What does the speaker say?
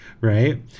right